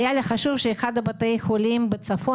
היה לי חשוב שאחד מבתי החולים בצפון